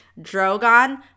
Drogon